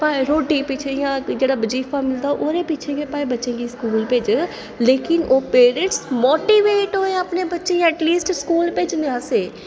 भाएं रोटी पिच्छें जां भाएं जेह्ड़ा बजीफा मिलदा ओह्दे पिच्छें भाएं स्कूल भेजन लेकिन ओह् पेरेंट मोटिवेट होऐ अपने बच्चें गी एटलिस्ट अपने बच्चें गी स्कूल भेजने आस्तै